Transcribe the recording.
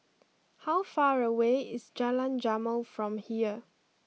how far away is Jalan Jamal from here